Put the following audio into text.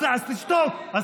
אני לא מגן על שום דבר,